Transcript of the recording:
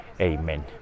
Amen